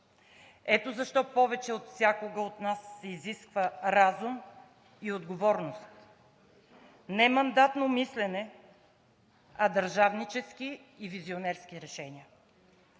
Ето защо повече от всякога от нас се изисква разум и отговорност. Не мандатно мислене, а държавнически и визионерски решения.